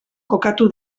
kokatu